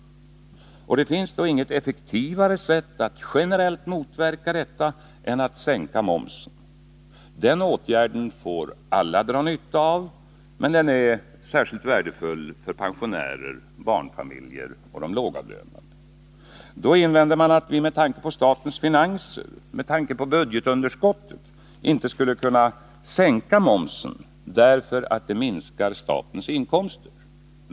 Det finns inget effektivare sätt att generellt motverka detta än att sänka momsen. Den åtgärden får alla dra nytta av, men den är särskilt värdefull för pensionärer, barnfamiljer och lågavlönade. Då invänder man att vi med tanke på statens giäser; med tanke på budgetunderskottet, inte skulle kunna sänka momsen därför att det minskar statens inkomster.